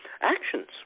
actions